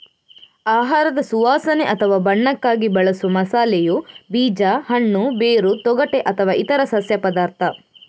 ಆಹಾರದ ಸುವಾಸನೆ ಅಥವಾ ಬಣ್ಣಕ್ಕಾಗಿ ಬಳಸುವ ಮಸಾಲೆಯು ಬೀಜ, ಹಣ್ಣು, ಬೇರು, ತೊಗಟೆ ಅಥವಾ ಇತರ ಸಸ್ಯ ಪದಾರ್ಥ